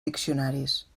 diccionaris